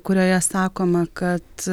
kurioje sakoma kad